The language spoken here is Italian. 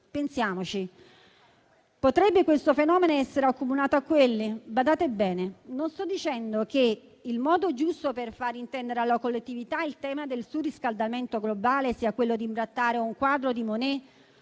potrebbe questo fenomeno essere accomunato a quelli? Badate bene, non sto dicendo che il modo giusto per far intendere alla collettività il tema del surriscaldamento globale sia quello di imbrattare un quadro di Monet